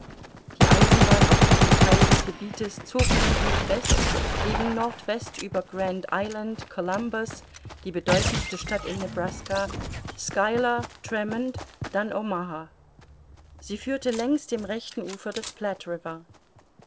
die eisenbahn auf diesem theil des gebietes zog von südwest gegen nordwest über grand island columbus die bedeutendste stadt in nebraska schuyler tremont dann omaha sie führte längs dem rechten ufer des